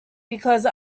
because